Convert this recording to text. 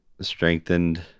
strengthened